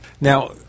Now